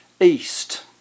east